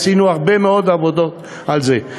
עשינו הרבה מאוד עבודות על זה,